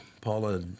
Paula